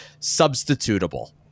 substitutable